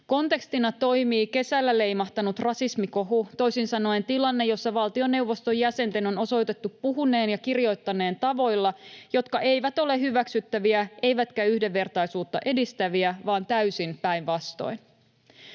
Kontekstina toimii kesällä leimahtanut rasismikohu, toisin sanoen tilanne, jossa valtioneuvoston jäsenten on osoitettu puhuneen ja kirjoittaneen tavoilla, jotka eivät ole hyväksyttäviä eivätkä yhdenvertaisuutta edistäviä, vaan täysin päinvastoin.